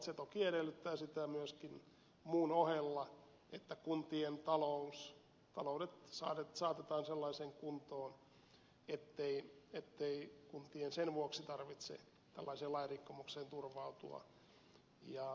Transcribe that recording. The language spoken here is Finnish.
se toki edellyttää muun ohella myöskin sitä että kuntien taloudet saatetaan sellaiseen kuntoon ettei kuntien sen vuoksi tarvitse tällaiseen lain rikkomukseen turvautua